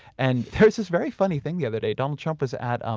and there's this very funny thing the other day, donald trump was at, um